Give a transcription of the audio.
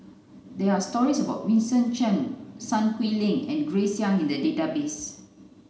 there are stories about Vincent Cheng Sun ling and Grace Young in the database